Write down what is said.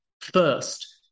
first